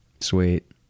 Sweet